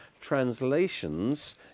translations